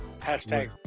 hashtag